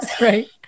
right